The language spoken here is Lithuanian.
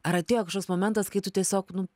ar atėjo kažkoks momentas kai tu tiesiog nu